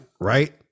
Right